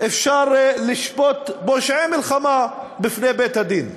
אפשר לשפוט פושעי מלחמה בפני בית-הדין.